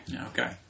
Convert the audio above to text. Okay